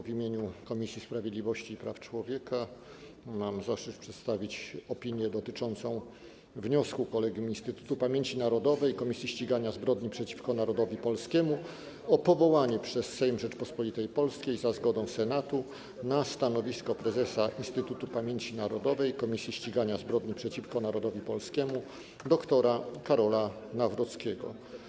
W imieniu Komisji Sprawiedliwości i Praw Człowieka mam zaszczyt przedstawić opinię dotyczącą wniosku Kolegium Instytutu Pamięci Narodowej - Komisji Ścigania Zbrodni przeciwko Narodowi Polskiemu o powołanie przez Sejm Rzeczypospolitej Polskiej za zgodą Senatu na stanowisko prezesa Instytutu Pamięci Narodowej - Komisji Ścigania Zbrodni przeciwko Narodowi Polskiemu dr. Karola Nawrockiego.